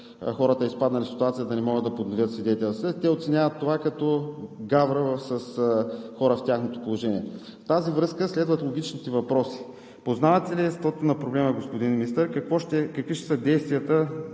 хората, изпаднали в ситуация да не могат да подновят свидетелствата си. Те оценяват това като гавра с хора в тяхното положение. В тази връзка следват логичните въпроси: познавате ли естеството на проблема, господин Министър? Какви ще са действията